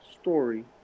story